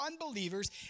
unbelievers